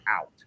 out